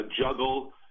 juggle